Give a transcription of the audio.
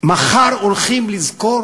מחר הולכים לזכור